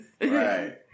Right